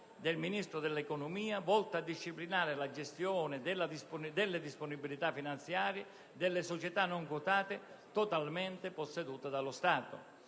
del Ministro dell'economia volti a disciplinare la gestione delle disponibilità finanziarie delle società non quotate totalmente possedute dallo Stato.